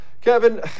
Kevin